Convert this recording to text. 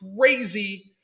crazy